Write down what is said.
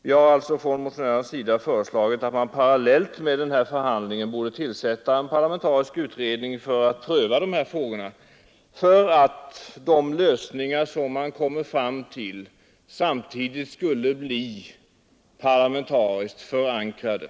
Vi har alltså från motionärernas sida föreslagit att man parallellt med den här förhandlingen skall tillsätta en parlamentarisk utredning för prövning av dessa frågor, för att de lösningar som man kommer fram till samtidigt skall bli parlamentriskt förankrade.